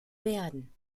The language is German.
werden